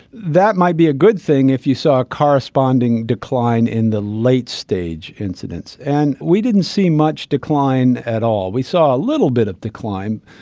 that might be a good thing if you saw a corresponding decline in the late-stage incidence, and we didn't see much decline at all. we saw a little bit of decline,